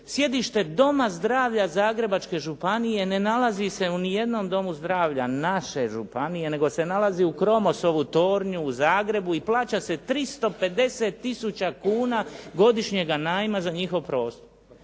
Sjedište doma zdravlja Zagrebačke županije ne nalazi se ni u jednom domu zdravlja naše županije, nego se nalazi u Cromosovu tornju u Zagrebu i plaća se 350 tisuća kuna godišnjega najma za njihov prostor.